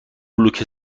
بلوک